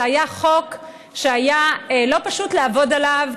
זה היה חוק שהיה לא פשוט לעבוד עליו,